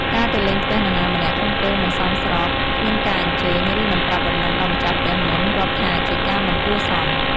ការទៅលេងផ្ទះនរណាម្នាក់ក្នុងពេលមិនសមស្រប គ្មានការអញ្ជើញ ឬ មិនប្រាប់ដំណឹងដល់ម្ចាស់ផ្ទះមុន រាប់ថាជាការមិនគួរសម។